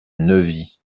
neuvy